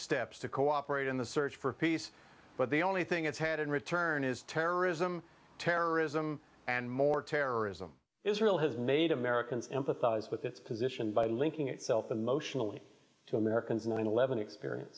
steps to cooperate in the search for peace but the only thing it's had in return is terrorism terrorism and more terrorism israel has made americans empathize with its position by linking itself in motional to americans nine eleven experience